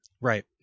Right